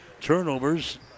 turnovers